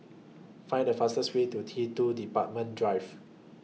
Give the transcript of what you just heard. Find The fastest Way to T two Departure Drive